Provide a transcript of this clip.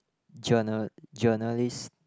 journal journalist